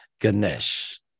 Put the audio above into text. Ganesh